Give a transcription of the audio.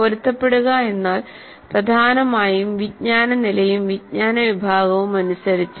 പൊരുത്തപ്പെടുക എന്നാൽ പ്രധാനമായും വിജ്ഞാന നിലയും വിജ്ഞാന വിഭാഗവും അനുസരിച്ച്